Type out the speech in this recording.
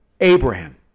Abraham